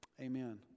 Amen